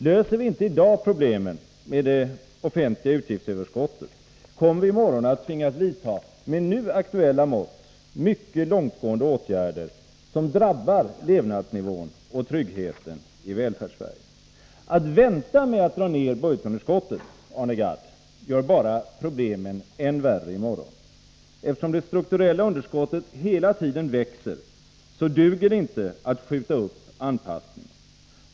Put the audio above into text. Löser vi inte i dag problemet med det offentliga utgiftsöverskottet, kommer vi i morgon att tvingas vidta med nu aktuella mått mycket långtgående åtgärder, som drabbar levnadsnivån och tryggheten i Välfärdssverige. Att vänta med att dra ned budgetunderskottet, Arne Gadd, gör bara problemen än värre i morgon. Eftersom det strukturella underskottet hela tiden växer, duger det inte att skjuta upp anpassningen.